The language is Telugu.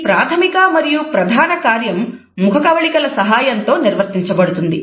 ఈ ప్రాథమిక మరియు ప్రధాన కార్యం ముఖకవళికల సహాయంతో నిర్వర్తించ బడుతుంది